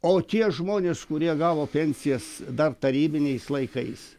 o tie žmonės kurie gavo pensijas dar tarybiniais laikais